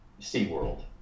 SeaWorld